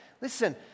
Listen